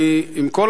עם כל